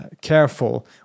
careful